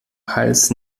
hals